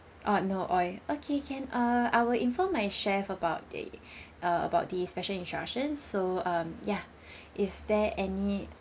ah no oil okay can uh I'll inform my chef about it uh about this special instruction so um ya is there any